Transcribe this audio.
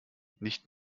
nicht